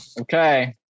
Okay